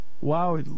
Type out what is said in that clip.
wow